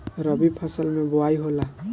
रबी फसल मे बोआई होला?